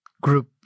group